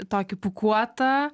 tokį pūkuotą